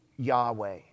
Yahweh